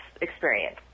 experience